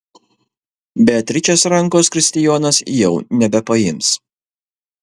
beatričės rankos kristijonas jau nebepaims